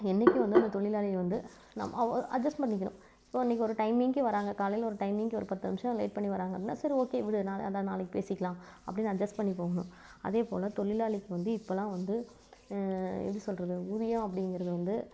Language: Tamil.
என்னைக்கும் வந்து அந்த தொழிலாளியை வந்து நம்ம அவ அட்ஜெஸ்ட் பண்ணிக்கனும் இப்போ இன்னைக்கு ஒரு டைமிங்கே வராங்க காலையில் ஒரு டைமிங்கு ஒரு பத்து நிமிஷம் லேட் பண்ணி வராங்கன்னா சரி ஓகே விடு நாளை அதான் நாளைக்கு பேசிக்கலாம் அப்படின்னு அட்ஜெஸ்ட் பண்ணி போகணும் அதேபோல் தொழிலாளிக்கு வந்து இப்போல்லாம் வந்து எப்படி சொல்லுறது ஊதியம் அப்படிங்கிறது வந்து